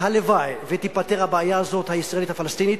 הלוואי שתיפתר הבעיה הזאת, הישראלית-פלסטינית,